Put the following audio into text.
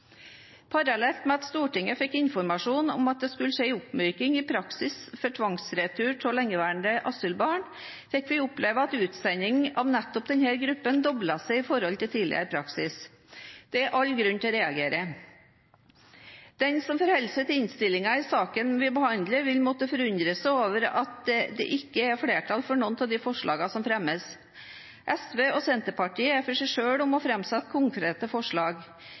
Parallelt med at Stortinget fikk informasjon om at det skulle skje en oppmyking i praksis for tvangsretur av lengeværende asylbarn, fikk vi oppleve at utsendingen av nettopp denne gruppen doblet seg i forhold til tidligere praksis. Det er all grunn til å reagere. Den som forholder seg til innstillingen i saken vi behandler, vil måtte forundre seg over at det ikke er flertall for noen av de forslagene som fremmes. SV og Senterpartiet er alene om å framsette konkrete forslag.